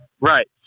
Right